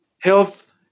Health